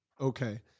Okay